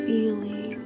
Feeling